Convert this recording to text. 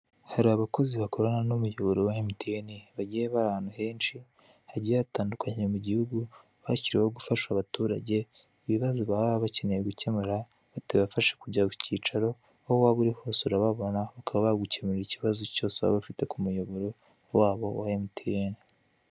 Hari abakozi bakorana n'umuyoboro wa emutiyeni bagiye bari ahantu henshi hagiye hatandukanye mu gihugu hashyiriweho gufasha abaturage, ibibazo baba bakemura gukemura bitabafashe kujya ku kicaro aho waba uri hose urababona bakaba ikibazo cyose waba ufite ku muyoboro wabo wa emutiyeni.